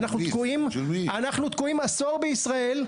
אנחנו תקועים עשור בישראל,